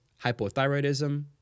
hypothyroidism